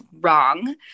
wrong